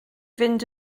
fynd